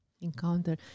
Encounter